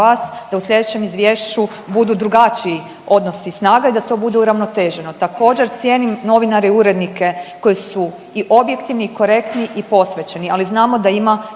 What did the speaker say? da u slijedećem izvješću budu drugačiji odnosi snaga, da to bude uravnoteženo. Također, cijenim novinare i urednike koji su i objektivni, korektni i posvećeni, ali znamo da ima